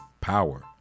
Power